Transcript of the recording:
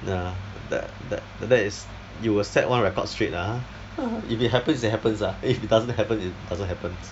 ya that that that is you will set one record straight lah !huh! if it happens it happens ah if it doesn't happen it doesn't happen